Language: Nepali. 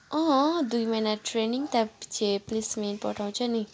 अँ दुई महिना ट्रेनिङ त्यापिछे प्लेसमेन्ट पठाउँछ नि